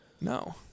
No